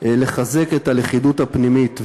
לחזק את הלכידות הפנימית,